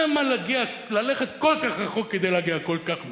למה ללכת כל כך רחוק כדי להגיע לכל כך מעט?